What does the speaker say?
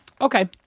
Okay